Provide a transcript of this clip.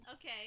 Okay